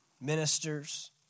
ministers